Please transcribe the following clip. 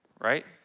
right